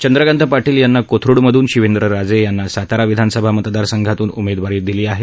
चंद्रकांत पाटील यांना कोथरुडमधून शिवेंद्रराजे यांना सातारा विधानसभा मतदार संघातून उमेदवारी देण्यात आली आहे